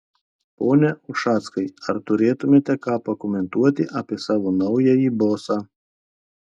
pone ušackai ar turėtumėte ką pakomentuoti apie savo naująjį bosą